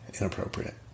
inappropriate